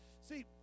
See